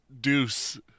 deuce